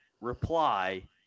reply